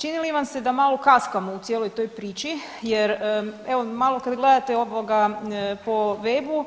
Čini li vam se da malo kaskamo u cijeloj toj priči jer evo malo kad gledate ovoga po webu,